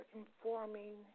informing